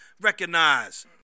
recognize